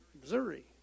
Missouri